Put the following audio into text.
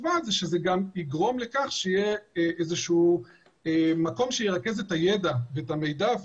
יגרום לכך שיהיה איזשהו מקום שירכז את הידע ואת המידע,